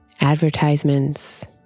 advertisements